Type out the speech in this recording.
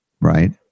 right